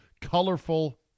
Colorful